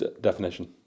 definition